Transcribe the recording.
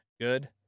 good